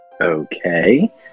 Okay